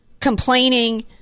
Complaining